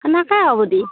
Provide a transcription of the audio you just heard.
সেনেকৈ হ'ব দে